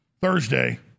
Thursday